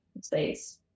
space